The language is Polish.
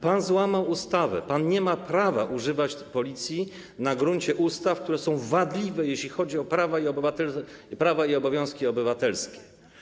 Pan złamał ustawę, pan nie ma prawa używać policji na gruncie ustaw, które są wadliwe, jeśli chodzi o prawa i obowiązki obywatelskie.